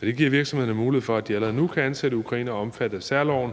Det giver virksomhederne mulighed for, at de allerede nu kan ansætte ukrainere omfattet af særloven.